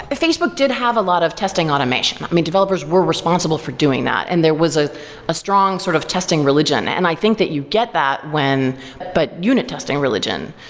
ah facebook did have a lot of testing automation. i mean, developers were responsible for doing that. and there was a ah strong sort of testing religion. and i think that you get that when but unit testing religion,